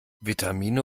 vitamine